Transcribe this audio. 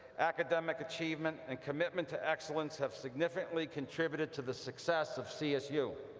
academic achievement and commitment to excellence have significantly contributed to the success of csu.